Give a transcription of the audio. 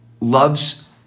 loves